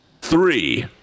three